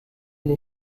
les